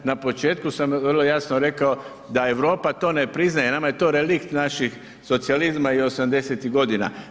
Na početku sam vrlo jasno rekao da Europa to ne priznaje, nama je relikt naših socijalizma i '80. godina.